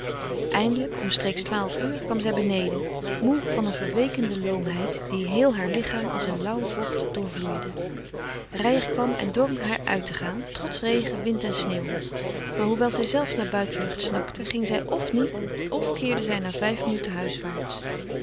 eindelijk omstreeks twaalf uur kwam zij beneden moê van een verweekende loomheid die heel haar lichaam als een lauw vocht doorvloeide reijer kwam en dwong haar uit te gaan trots regen wind en sneeuw maar hoewel zijzelve naar buitenlucht snakte ging zij f niet f zij keerde na vijf minuten